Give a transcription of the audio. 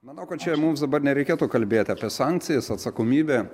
manau kad čia mums dabar nereikėtų kalbėti apie sankcijas atsakomybę